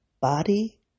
body